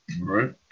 right